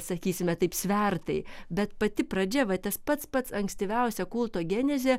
sakysime taip svertai bet pati pradžia va tas pats pats ankstyviausia kulto genezė